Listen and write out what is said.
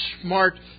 smart